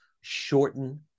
shorten